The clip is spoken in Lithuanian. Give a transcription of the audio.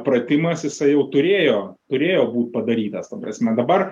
pratimas jisai jau turėjo turėjo būt padarytas ta prasme dabar